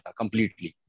completely